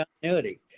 continuity